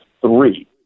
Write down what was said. three